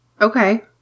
Okay